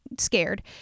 scared